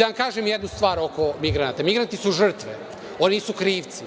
vam kažem jednu stvar oko migranata. Migranti su žrtve, oni nisu krivci.